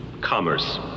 Commerce